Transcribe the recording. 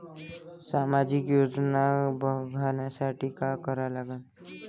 सामाजिक योजना बघासाठी का करा लागन?